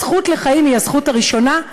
הזכות לחיים היא הזכות הראשונה.